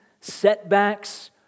setbacks